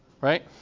right